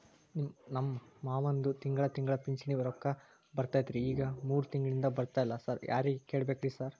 ನಮ್ ಮಾವಂದು ತಿಂಗಳಾ ತಿಂಗಳಾ ಪಿಂಚಿಣಿ ರೊಕ್ಕ ಬರ್ತಿತ್ರಿ ಈಗ ಮೂರ್ ತಿಂಗ್ಳನಿಂದ ಬರ್ತಾ ಇಲ್ಲ ಸಾರ್ ಯಾರಿಗ್ ಕೇಳ್ಬೇಕ್ರಿ ಸಾರ್?